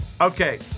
Okay